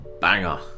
banger